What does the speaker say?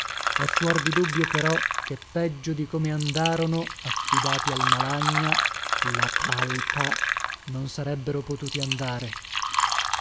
è fuor di dubbio però che peggio di come andarono affidati al malagna la talpa non sarebbero potuti andare